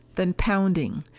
then pounding.